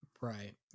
Right